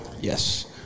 Yes